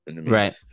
Right